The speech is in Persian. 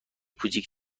کوچیک